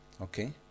Okay